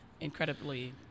incredibly